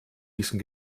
diesen